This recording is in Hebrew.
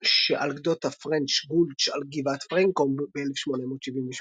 שעל גדות הפרנץ' גולץ' על גבעת פרנקומב ב-1878.